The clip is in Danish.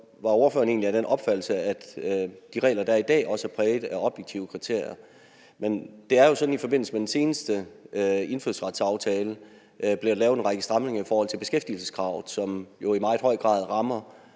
var ordføreren egentlig af den opfattelse, at de regler, der er i dag, også er præget af objektive kriterier. Men det er jo sådan, at der i forbindelse med den seneste indfødsretsaftale blev lavet en række stramninger i forhold til beskæftigelseskravet, som jo i meget høj grad rammer